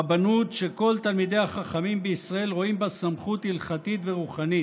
רבנות שכל תלמידי החכמים בישראל רואים בה סמכות הלכתית ורוחנית.